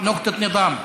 (בערבית: קריאה לסדר פעם ראשונה.)